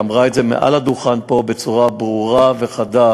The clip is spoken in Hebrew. שאמרה את זה מעל הדוכן פה בצורה ברורה וחדה: